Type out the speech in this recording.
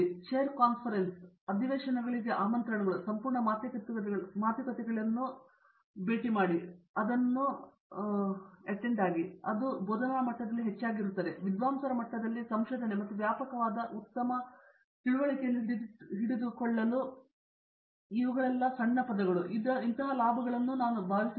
chair conference ಅಧಿವೇಶನಗಳಿಗೆ ಆಮಂತ್ರಣಗಳು ಸಂಪೂರ್ಣ ಮಾತುಕತೆಗಳನ್ನು ನೀಡುತ್ತವೆ ಆದರೆ ಅದು ಬೋಧನಾ ಮಟ್ಟದಲ್ಲಿ ಹೆಚ್ಚು ಇರುತ್ತದೆ ಆದರೆ ವಿದ್ವಾಂಸರ ಮಟ್ಟದಲ್ಲಿ ಸಂಶೋಧನೆ ಮತ್ತು ವ್ಯಾಪಕವಾದ ಉತ್ತಮ ತಿಳುವಳಿಕೆಯನ್ನು ಹಿಡಿದಿಟ್ಟುಕೊಳ್ಳಲು ಇದು ಸಣ್ಣ ಪದಗಳ ಲಾಭಗಳನ್ನು ನಾನು ಭಾವಿಸುತ್ತೇನೆ